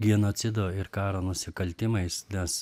genocido ir karo nusikaltimais nes